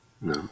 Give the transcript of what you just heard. No